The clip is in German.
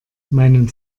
meinen